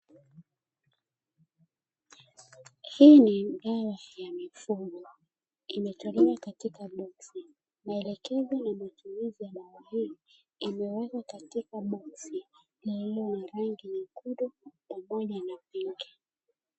Hii ni dawa ya mifugo imetolewa katika boksi, maelekezo na matumizi ya dawa hii yamewekwa katika boksi lililo na rangi nyekundu pamoja na pinki.